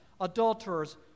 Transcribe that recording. adulterers